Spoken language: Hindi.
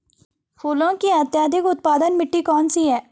फूलों की अत्यधिक उत्पादन मिट्टी कौन सी है?